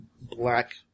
black